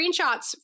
screenshots